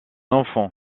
enfant